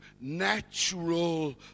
natural